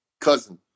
Cousin